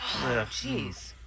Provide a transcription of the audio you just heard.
Jeez